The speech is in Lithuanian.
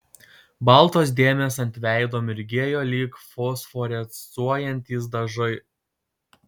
baltos dėmės ant veido mirgėjo lyg fosforescuojantys dažai